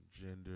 gender